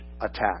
attack